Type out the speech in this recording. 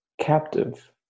captive